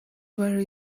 there